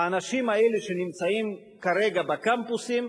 האנשים האלה, שנמצאים כרגע בקמפוסים,